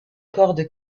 corde